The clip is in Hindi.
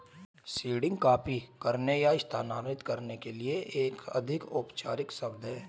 सीडिंग कॉपी करने या स्थानांतरित करने के लिए एक अधिक औपचारिक शब्द है